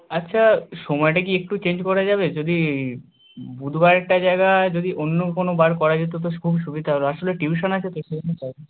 আচ্ছা সময়টা কি একটু চেঞ্জ করা যাবে যদি বুধবারেরটা জায়গায় যদি অন্য কোনো বার করা যেত তো খুব সুবিধা হতো আসলে টিউশান আছে তো